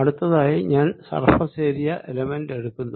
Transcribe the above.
അടുത്തതായി ഞാൻ surface area element എടുക്കുന്നു